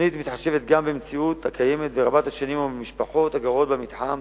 התוכנית מתחשבת גם במציאות הקיימת ורבת השנים ובמשפחות הגרות במתחם,